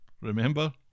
Remember